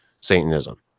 Satanism